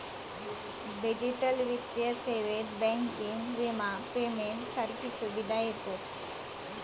digital वित्तीय सेवेत banking, विमा, पेमेंट सारख्या सुविधा येतत